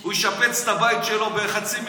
הוא ישפץ את הבית שלו בחצי מיליון,